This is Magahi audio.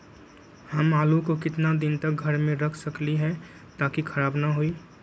हम आलु को कितना दिन तक घर मे रख सकली ह ताकि खराब न होई?